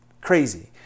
crazy